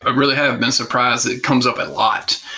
ah really have been surprised it comes up a lot.